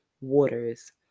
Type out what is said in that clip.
waters